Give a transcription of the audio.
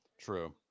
True